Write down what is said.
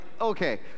okay